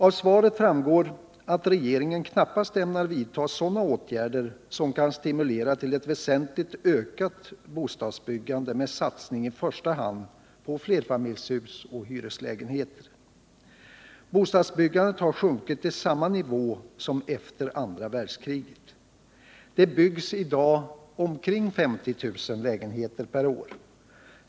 Av svaret framgår att regeringen knappast ämnar vidta sådana åtgärder som kan stimulera till ett väsentligt ökat bostadsbyggande med satsning i första hand på flerfamiljshus och hyreslägenheter. Bostadsbyggandet har sjunkit till samma nivå som efter andra världskriget. Det byggs i dag omkring 50 000 lägenheter per år.